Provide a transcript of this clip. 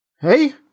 Hey